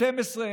12,